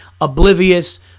oblivious